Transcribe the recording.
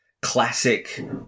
classic